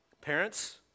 parents